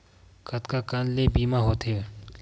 कतका कन ले बीमा होथे?